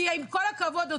עם כל הכבוד,